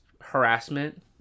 harassment